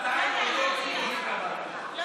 חבר